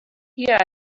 here